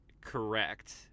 Correct